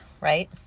right